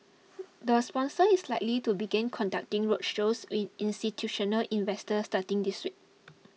the sponsor is likely to begin conducting roadshows with institutional investor starting this week